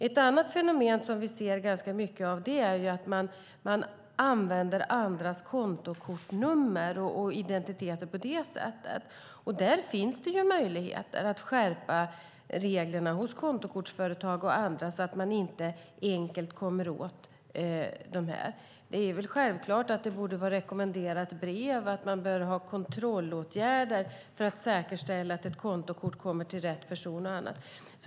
Ett annat fenomen som vi ser ganska mycket av är att man använder andras kontokortsnummer och identiteter. Där finns det möjligheter hos kontokortsföretag och andra att skärpa reglerna, så att man inte enkelt kan komma åt dessa uppgifter. Det är väl självklart att de ska skickas i rekommenderat brev och att man bör ha kontrollåtgärder för att säkerställa att kontokort kommer till rätt person.